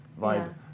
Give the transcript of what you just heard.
vibe